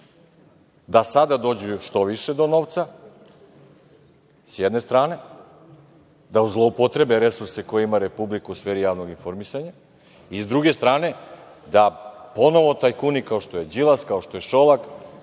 da sada dođu što više do novca, s jedne strane, da zloupotrebe resurse koje ima Republika u sferi javnog informisanja i s druge strane da ponovo tajkuni, kao što je Đilas, kao što je Šolak,